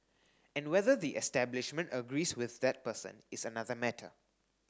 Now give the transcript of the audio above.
and whether the establishment agrees with that person is another matter